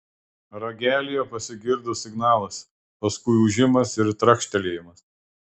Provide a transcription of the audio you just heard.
ragelyje pasigirdo signalas paskui ūžimas ir trakštelėjimas